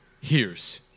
hears